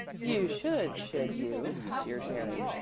you should, should you? jeered mary.